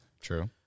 True